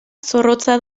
zorrotza